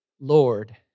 Lord